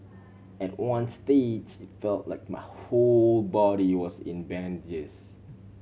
at one stage felt like my whole body was in bandages